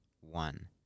one